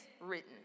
written